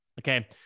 Okay